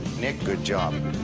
nick, good job.